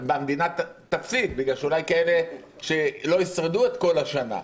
והמדינה תפסיד בגלל שאולי כאלה שלא ישרדו את כל הנה.